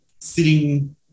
sitting